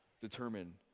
determine